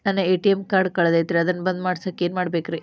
ನನ್ನ ATM card ಕಳದೈತ್ರಿ ಅದನ್ನ ಬಂದ್ ಮಾಡಸಾಕ್ ಏನ್ ಮಾಡ್ಬೇಕ್ರಿ?